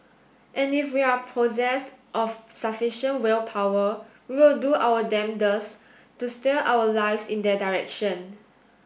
and if we are possessed of sufficient willpower we will do our damnedest to steer our lives in their direction